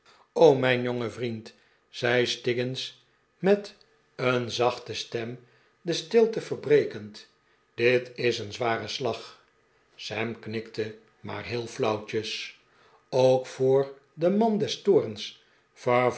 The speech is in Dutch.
mijn jonge vriend zei stiggins met een zachte stem de stilte verbrekendj dit is een zware slag sam knikte maar heel flauwtjes ook voor den man des toorns